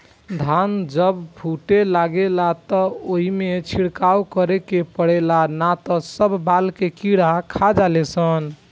धान जब फूटे लागेला त ओइमे छिड़काव करे के पड़ेला ना त सब बाल के कीड़ा खा जाले सन